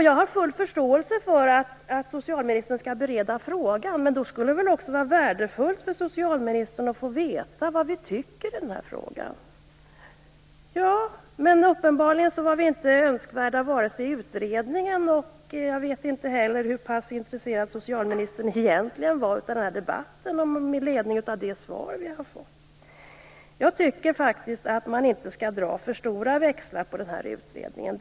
Jag har full förståelse för att socialministern skall bereda frågan, men därför borde det väl också vara värdefullt för socialministern att få veta vad vi tycker i den här frågan. Men uppenbarligen var vi inte önskvärda i utredningen, och med ledning av det svar vi har fått vet jag inte heller hur pass intresserad socialministern egentligen är av den här debatten. Man skall inte dra för stora växlar på den här utredningen.